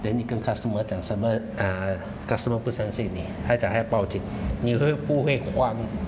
then 你跟 customer 讲 customer ah customer 不相信你他讲他要报警你会不会慌